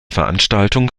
veranstaltung